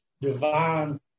divine